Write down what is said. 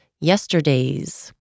yesterdays